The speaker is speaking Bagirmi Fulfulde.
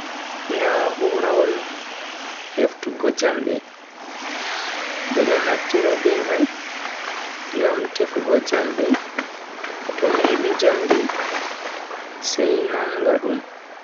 Na'urawol heftugo jamde, bedo naftira be mai ngam tefugo jamde to memi jamdi sai nanga dum.